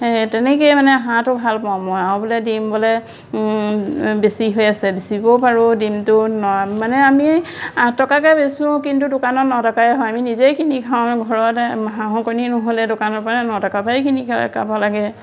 তেনেকেই মানে হাঁহটো ভাল পাওঁ মই আও বোলে ডিম বোলে বেছি হৈ আছে বেচিবও পাৰোঁ ডিমটো ন মানে আমি আঠ টকাকে বেচোঁ কিন্তু দোকানত নটকাই হয় আমি নিজেইখিনি খাওঁ ঘৰত হাঁহো কণী নহ'লে দোকানৰ পৰা নটকাপাই কিনি খাব লাগে